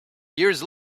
years